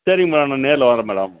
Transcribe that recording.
சரிங்க மேடம் நான் நேரில் வரேன் மேடம்